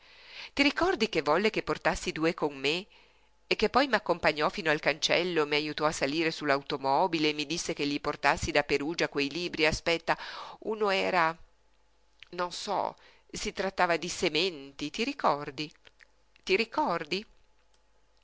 ti ricordi che volle ne portassi due con me che poi m'accompagnò fino al cancello e m'ajutò a salire su l'automobile e mi disse che gli portassi da perugia quei libri aspetta uno era non so trattava di sementi ti ricordi ti ricordi